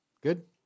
Good